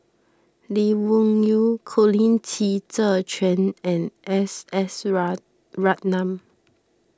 Lee Wung Yew Colin Qi Zhe Quan and S S Ratnam